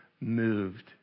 moved